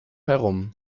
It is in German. herum